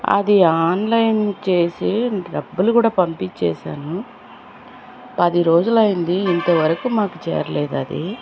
అది ఆన్లైన్ చేసి డబ్బులు కూడా పంపించేసాను పది రోజులైంది ఇంతవరకు మాకు చేరలేదు అది